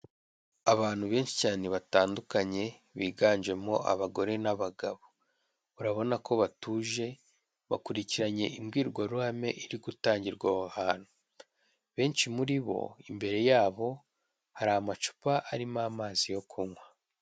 Abantu benshi cyane batandukanye biganjemo abagore n'abagabo, urabona ko batuje, bakurikiranye imbwirwaruhame iri gutangirwa aho hantu, benshi muri bo imbere yabo hari amacupa arimo amazi yo kunywa.